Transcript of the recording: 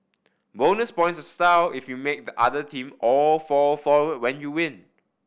bonus points style if you make the other team all fall forward when you win